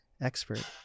expert